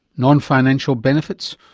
non financial benefits,